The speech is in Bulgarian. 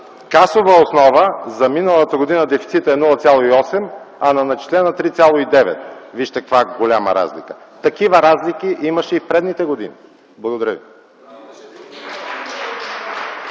касова основа за миналата година дефицитът е 0,8, а на начислена – 3,9. Вижте каква голяма разлика. Такива разлики имаше и в предишните години. Благодаря ви.